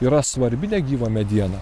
yra svarbi negyva mediena